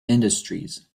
industries